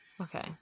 okay